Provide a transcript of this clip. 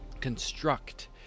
construct